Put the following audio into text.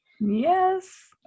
yes